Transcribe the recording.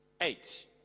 Eight